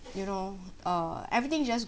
you know uh everything just